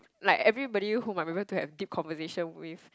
like everybody whom I remember to have deep conversation with